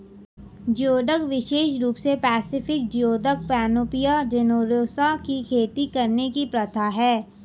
geoduck विशेष रूप से पैसिफिक जियोडक, पैनोपिया जेनेरोसा की खेती करने की प्रथा है